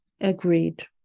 Agreed